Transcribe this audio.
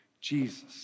Jesus